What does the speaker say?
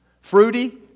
fruity